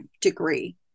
degree